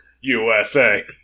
USA